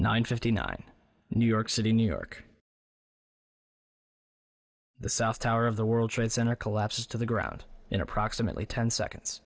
nine fifty nine new york city new york the south tower of the world trade center collapses to the ground in approximately ten seconds